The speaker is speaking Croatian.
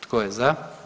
Tko je za?